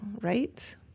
right